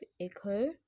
echo